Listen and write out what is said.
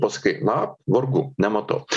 pasakai na vargu nematau